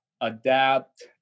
adapt